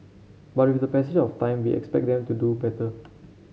but with the passage of time we expect them to do better